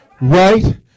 right